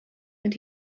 and